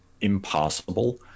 impossible